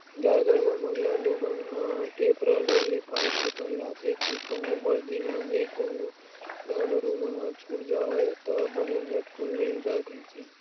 गाय गरुवा मन ल लोगन मन ह टेपरा ऐ पाय के पहिराथे के कहूँ बरदी म ले कोनो गाय गरु मन ह छूट जावय ता बने झटकून मिल जाय कहिके